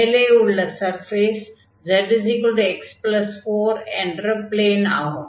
மேலே உள்ள surface z x4 என்ற ப்ளேனாகும்